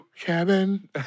Kevin